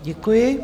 Děkuji.